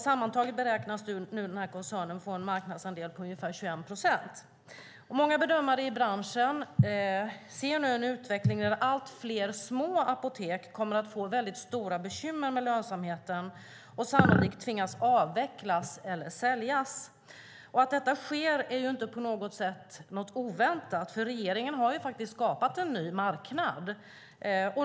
Sammantaget beräknas nu den här koncernen få en marknadsandel på ungefär 21 procent. Många bedömare i branschen ser nu framför sig en utveckling där allt fler små apotek kommer att få väldigt stora bekymmer med lönsamheten och sannolikt tvingas avvecklas eller säljas. Att detta sker är inte på något sätt oväntat, för regeringen har skapat en ny marknad.